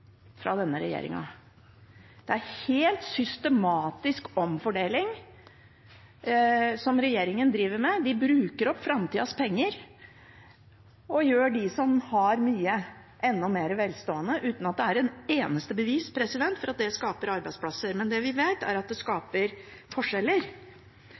Det er en helt systematisk omfordeling regjeringen driver med. De bruker opp framtidas penger og gjør dem som har mye, enda mer velstående, uten at det er et eneste bevis for at det skaper arbeidsplasser. Det vi vet, er at det